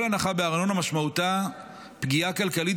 כל הנחה בארנונה משמעותה פגיעה כלכלית